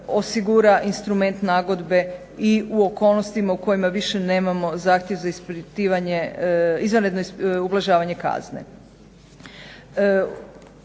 osigura instrument nagodbe i u okolnostima u kojima više nemamo zahtjev za izvanredno ublažavanje kazne.